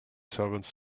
servants